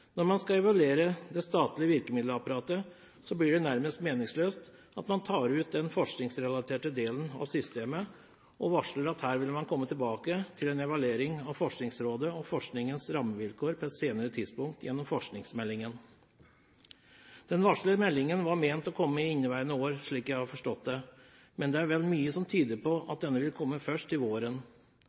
Når man skal evaluere det statlige virkemiddelapparatet, blir det nærmest meningsløst at man tar ut den forskningsrelaterte delen av systemet og varsler at her vil man komme tilbake til en evaluering av Forskningsrådet og forskningens rammevilkår på et senere tidspunkt i forskningsmeldingen. Den varslede meldingen var ment å komme i inneværende år, slik jeg har forstått det, men det er vel mye som tyder på at denne vil komme først til våren.